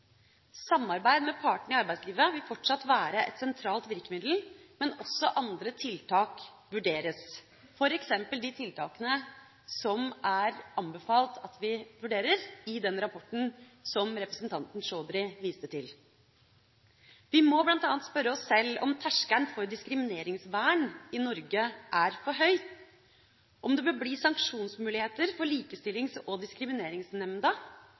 Samarbeid med partene i arbeidslivet vil fortsatt være et sentralt virkemiddel, men også andre tiltak vurderes, f.eks. de tiltakene som er anbefalt i den rapporten som representanten Chaudhry viste til. Vi må bl.a. spørre oss sjøl om terskelen for diskrimineringsvern i Norge er for høy, om det bør bli sanksjonsmuligheter for Likestillings- og diskrimineringsnemnda,